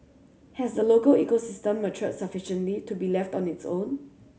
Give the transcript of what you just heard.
has the local ecosystem matured sufficiently to be left on its own